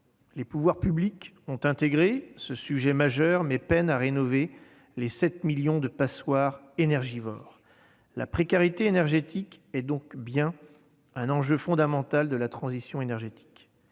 Les pouvoirs publics ont compris l'importance de ce sujet, mais peinent à rénover ces 7 millions de passoires énergivores. La précarité énergétique est donc bien un enjeu fondamental de la transition énergétique.